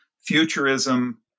futurism